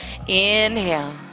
Inhale